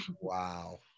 Wow